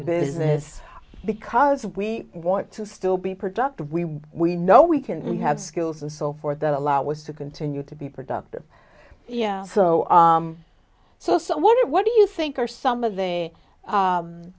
business because we want to still be productive we we know we can we have skills and so forth that allow us to continue to be productive yeah so so so what do you think are some of the